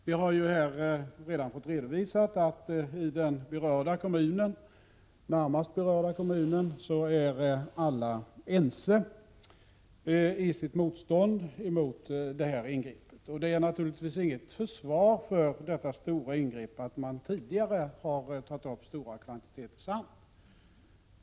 Vi har här fått redovisat att alla i den närmast berörda kommunen är eniga i sitt motstånd mot ingreppet. Det är naturligtvis inget försvar för detta stora ingrepp att man tidigare har tagit upp stora kvantiteter sand.